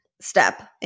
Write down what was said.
step